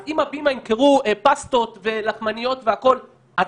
אז אם הבימה ימכרו פסטות ולחמניות והכול אז